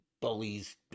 bullies